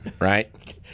right